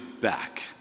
back